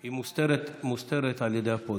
היא מוסתרת על ידי הפודיום.